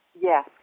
Yes